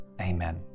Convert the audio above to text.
Amen